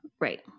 Right